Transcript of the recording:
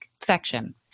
section